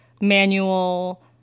manual